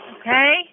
Okay